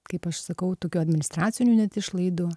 kaip aš sakau tokių administracinių net išlaidų